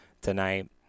tonight